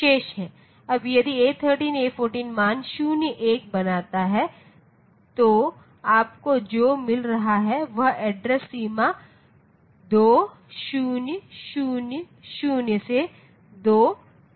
अब यदि A13 A14 मान 01 बनाता है तो आपको जो मिल रहा है वह एड्रेस सीमा 2000 से 2FFF है